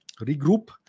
regroup